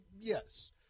Yes